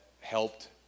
helped